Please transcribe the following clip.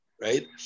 Right